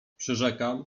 przyrzekam